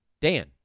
Dan